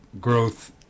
growth